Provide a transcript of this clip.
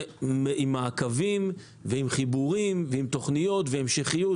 עם מעקבים ועם חיבורים ועם תוכניות והמשכיות.